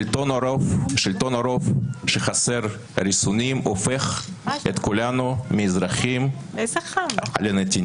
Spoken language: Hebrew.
שלטון הרוב שחסר ריסונים הופך את כולנו מאזרחים לנתינים."